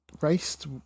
Raced